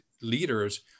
leaders